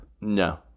No